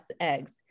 eggs